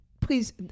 please